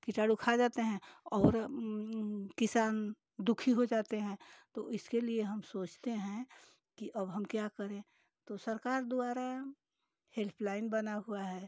कीटाणु खा जाते हैं और किसान दुखी हो जाते हैं तो इसके लिए हम सोचते हैं कि अब हम क्या करें तो सरकार द्वारा हेल्पलाइन बना हुआ है